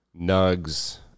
Nugs